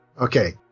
Okay